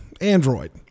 Android